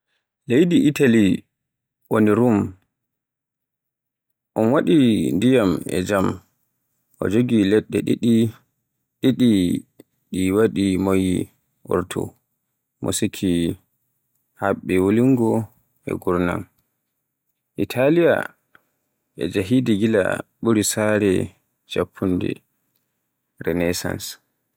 Leydi Italiya ko Rum on waɗi ndiyam e jam, o jogii ladde ɗiɗi ɗiɗi ɗi o waɗi moƴƴi e artu, musiiki, laɓɓi, wullunde, e ngurndan. Italiya on njahiidii gila ɓuri sare e jamfuɗe Renaissance.